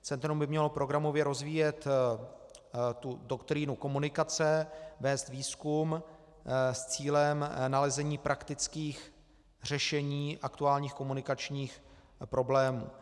Centrum by mělo programově rozvíjet doktrínu komunikace, vést výzkum s cílem nalezení praktických řešení aktuálních komunikačních problémů.